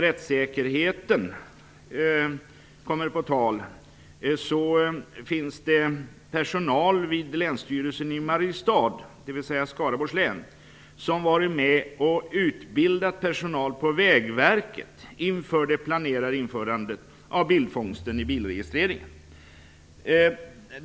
Rättssäkerheten kommer på tal också i en annan skrivelse. Personalen vid Länsstyrelsen i Skaraborgs län i Mariestad har varit med och utbildat personal vid Vägverket inför det planerade införandet av bildfångsten i bilregistreringen.